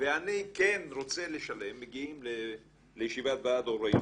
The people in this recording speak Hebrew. ואני כן רוצה לשלם, מגיעים לישיבת ועד הורים